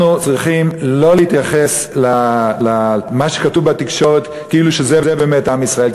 אנחנו צריכים לא להתייחס למה שכתוב בתקשורת כאילו שזה באמת עם ישראל,